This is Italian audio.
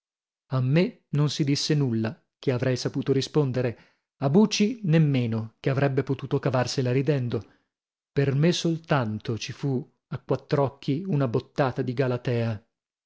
a me non si disse nulla che avrei saputo rispondere a buci nemmeno che avrebbe potuto cavarsela ridendo per me soltanto ci fu a quattr'occhi una bottata di galatea